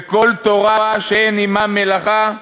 וכל תורה שאין עמה מלאכה,